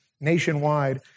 nationwide